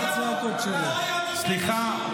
סליחה.